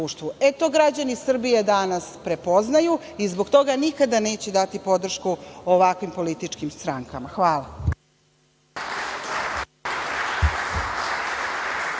to građani Srbije danas prepoznaju i zbog toga nikada neće dati podršku ovakvim političkim strankama. Hvala.